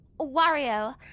Wario